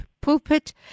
Pulpit